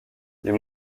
les